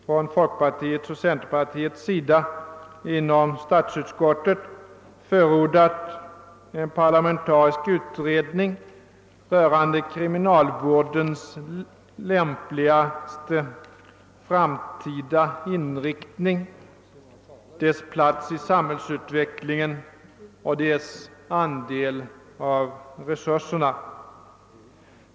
Från folkpartiets och centerpartiets sida har vi inom statsutskottet förordat en parlamentarisk utredning rörande kriminalvårdens lämpligaste framtida inriktning, dess plats i samhällsutvecklingen och dess andel av resurserna.